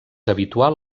habitual